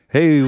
Hey